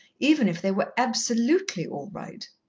even if they were absolutely all right.